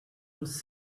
was